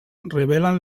revelen